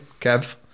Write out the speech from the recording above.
Kev